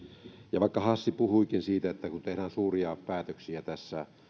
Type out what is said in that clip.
ja vaikka hassi puhuikin siitä että kun tehdään suuria päätöksiä